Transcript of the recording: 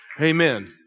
Amen